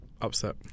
Upset